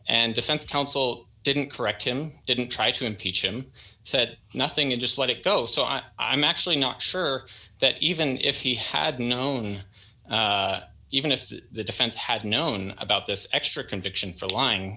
and defense counsel didn't correct him didn't try to impeach him said nothing and just let it go so i i'm actually not sure that even if he had known even if the defense had known about this extra conviction for lying